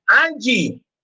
Angie